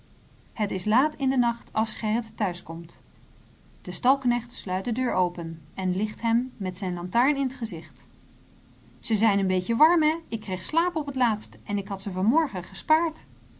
het is laat in den nacht als gerrit thuiskomt de stalknecht sluit de deur open en licht hem met zijn lantaarn in t gezicht ze zijn een beetje warm hé ik kreeg slaap op t laatst en ik had ze van morgen gespaard